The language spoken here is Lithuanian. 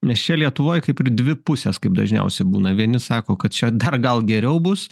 nes čia lietuvoj kaip ir dvi pusės kaip dažniausiai būna vieni sako kad čia dar gal geriau bus